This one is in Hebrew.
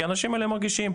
כי האנשים האלה מרגישים,